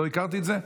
לא הכרתי את זה.